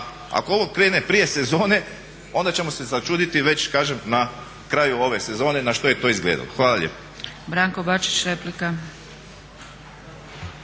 ako ovo krene prije sezone onda ćemo se začuditi već kažem na kraju ove sezone na što je to izgledalo. Hvala lijepo.